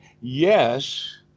yes